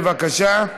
בבקשה.